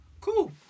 cool